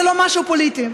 זה לא משהו פוליטי.